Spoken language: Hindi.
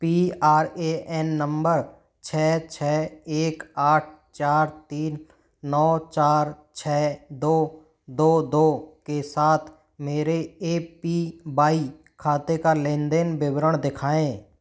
P R A N number छः छः एक आठ चार तीन नौ चार छः दो दो दो के साथ मेरे ए पी वाई खाते का लेन देन विवरण देखाएँ